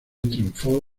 triunfó